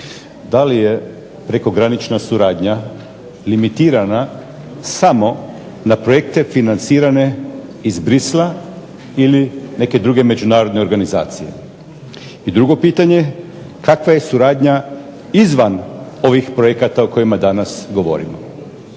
Da li je prekogranična suradnja limitirana samo na projekte financirane iz Bruxellesa ili neke druge međunarodne organizacije? I drugo pitanje. Kakva je suradnja izvan ovih projekata o kojima danas govorimo?